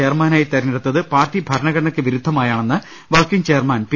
ചെയർമാനായി തെരഞ്ഞെടുത്തത് പാർട്ടി ഭരണഘടനയ്ക്ക് വിരുദ്ധമായാണെന്ന് വർക്കിംഗ് ചെയർമാൻ പി